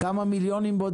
זה עולה כמה מיליונים בודדים,